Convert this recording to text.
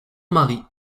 mari